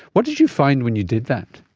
what did you find when you did that?